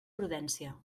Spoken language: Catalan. prudència